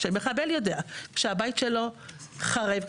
כשמחבל יודע שהבית שלו חרב,